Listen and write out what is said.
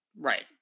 Right